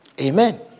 Amen